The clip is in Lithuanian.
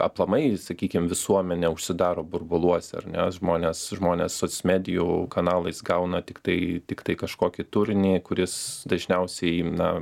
aplamai sakykim visuomenė užsidaro burbuluose ar ne žmonės žmonės soc medijų kanalais gauna tiktai tiktai kažkokį turinį kuris dažniausiai na